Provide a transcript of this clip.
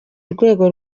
rugendo